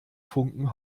funken